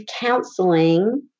counseling